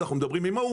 אנחנו מדברים עם ההוא,